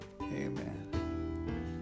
Amen